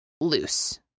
loose